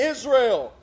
Israel